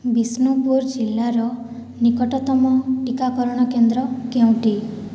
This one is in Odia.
ବିଷ୍ଣୁପୁର ଜିଲ୍ଲାର ନିକଟତମ ଟିକାକରଣ କେନ୍ଦ୍ର କେଉଁଟି